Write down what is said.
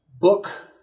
book